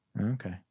okay